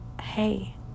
hey